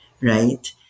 right